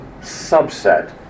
subset